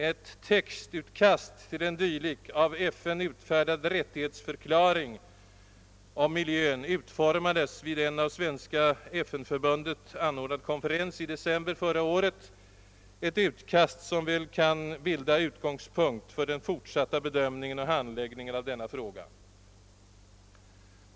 Ett textutkast till en dylik av FN utfärdad rättighetsförklaring om miljön utformades vid en av Svenska FN-förbundet anordnad konferens i december förra året, ett utkast som väl kan bilda utgångspunkt för den fortsatta bedömningen och handläggningen av denna fråga.